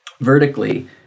Vertically